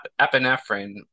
epinephrine